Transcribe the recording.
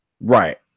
Right